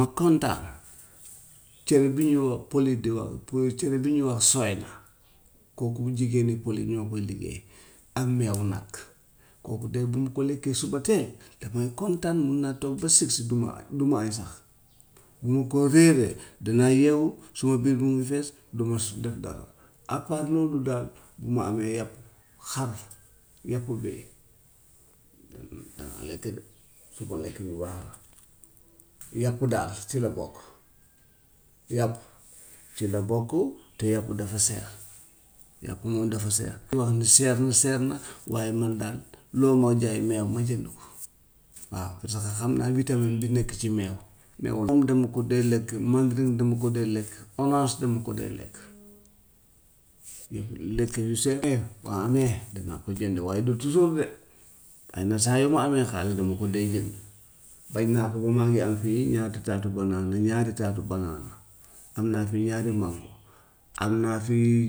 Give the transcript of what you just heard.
Ma kontaan, cere bu ñuy wax pël yi di wax, pë- cere bi ñuy wax soyna, kooku bu jigéenu pël yi ñoo koy liggéey ak meewu nag, kooku de bu ma lekkee subateel damay kontaan, mun naa toog ba six du ma a- du ma añ sax. Bu ma ko reeree danaa yeewu suma biir bi mu fees, du ma so- def dara. A part loolu daal bu ma amee yàpp xar, yàpp bëy danaa ko lekk de sipo lekk bu baax la. Yàpp daal ci la bokk, yàpp ci la bokk te yàpp dafa seer, yàpp moom dafa seer, loo xam ne seer na seer na waaye moom daal loolu moo joxe meew ma jënd ko. Waaw parce que xam naa vitamine bi nekk si meew, meew moom dama ko dee lekk, mandrine dama ko dee lekk, oraas dama ko dee lekk. Lekk yu seeree boo amee danaa ko jënd waaye du toujours de, waaye nag saa yu ma amee xaalis dama ko dee jënd bañ naa ko ba maa ngi am fii ñaata taatu banaana ñaari taatu banaana am naa fi ñaari mango, am naa fi.